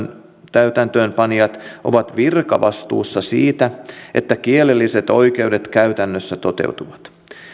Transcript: täytäntöönpanijat ovat virkavastuussa siitä että kielelliset oikeudet käytännössä toteutuvat